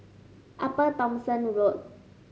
Upper Thomson Road